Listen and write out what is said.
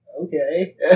Okay